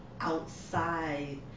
outside